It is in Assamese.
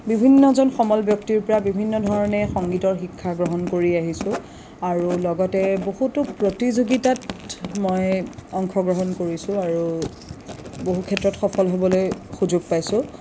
বিভিন্নজন সমল ব্যক্তিৰ পৰা বিভিন্ন ধৰণে সংগীতৰ শিক্ষা গ্ৰহণ কৰি আহিছোঁ আৰু লগতে বহুতো প্ৰতিযোগিতাত মই অংশগ্ৰহণ কৰিছোঁ আৰু বহু ক্ষেত্ৰত সফল হ'বলৈ সুযোগ পাইছোঁ